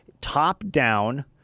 top-down